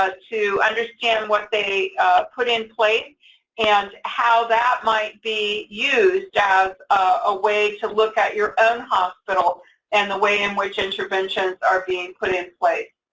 ah to understand what they put in place and how that might be used as a way to look at your own hospital and the way in which interventions are being put in place.